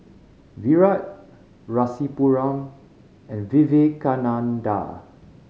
Virat Rasipuram and Vivekananda